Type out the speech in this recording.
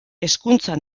hezkuntza